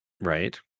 Right